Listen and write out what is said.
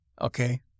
Okay